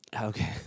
Okay